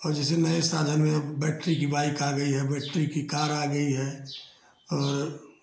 और जैसे नए साधन में बैटरी की बाइक़ आ गई है बैटरी की कार आ गई है और